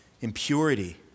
impurity